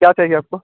क्या चाहिए आपको